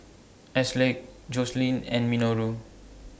Ashleigh Joseline and Minoru